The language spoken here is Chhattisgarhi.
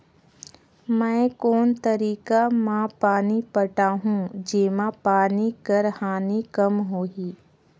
मैं कोन तरीका म पानी पटाहूं जेमा पानी कर हानि कम होही?